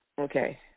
Okay